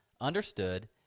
understood